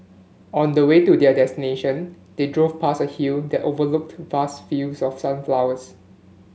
on the way to their destination they drove past a hill that overlooked vast fields of sunflowers